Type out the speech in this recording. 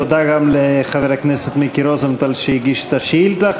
תודה גם לחבר הכנסת מיקי רוזנטל שהגיש את השאילתה.